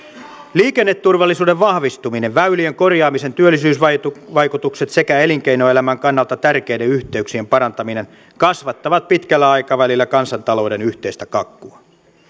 liikenneturvallisuuden vahvistuminen väylien korjaamisen työllisyysvaikutukset sekä elinkeinoelämän kannalta tärkeiden yhteyksien parantaminen kasvattavat pitkällä aikavälillä kansantalouden yhteistä kakkua